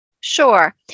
Sure